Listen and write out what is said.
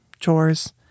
Chores